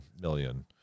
million